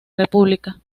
república